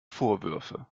vorwürfe